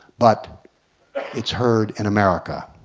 but it's heard in america.